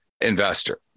investor